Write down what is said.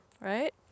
right